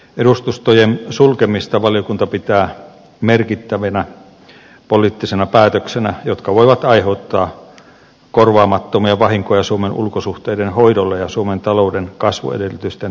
edustustojen sulkemisia valiokunta pitää merkittävinä poliittisina päätöksinä jotka voivat aiheuttaa korvaamattomia vahinkoja suomen ulkosuhteiden hoidolle ja suomen talouden kasvuedellytysten edistämiselle